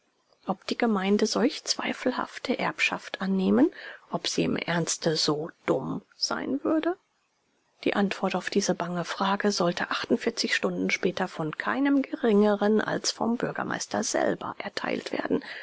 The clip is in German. ob die gemeinde solch zweifelhafte erbschaft annehmen ob sie im ernste so dumm sein würde die anwort auf diese bange frage sollte achtundvierzig stunden später von keinem geringeren als vom bürgermeister selber erteilt werden